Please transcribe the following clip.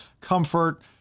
comfort